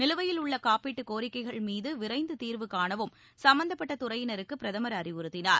நிலுவையில் உள்ளகாப்பீட்டுகோரிக்கைகள் மீதுவிரைந்துதீாவு காணவும் சம்பந்தப்பட்டதுறையினருக்குபிரதமர் அறிவுறுத்தினார்